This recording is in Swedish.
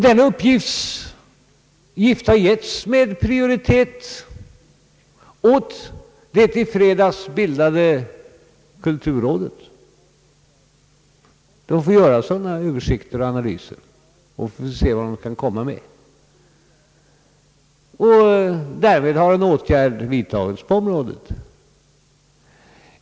Denna uppgift har med prioritet getts åt det i fredags bildade kulturrådet. Man får göra sådana översikter och analyser och därefter får vi se vilka förslag det kan lägga fram. Därmed har en åtgärd vidtagits på området.